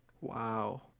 Wow